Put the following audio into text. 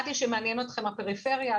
ידעתי שמעניין אתכם הפריפריה,